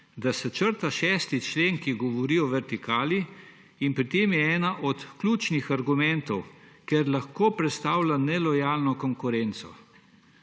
da se črta 6. člen, ki govori o vertikali, in je pri tem eden od ključnih argumentov, »ker lahko predstavlja nelojalno konkurenco«,